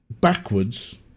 backwards